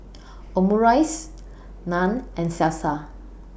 Omurice Naan and Salsa